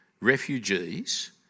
refugees